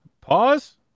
pause